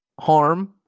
harm